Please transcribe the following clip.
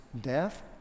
death